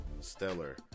Stellar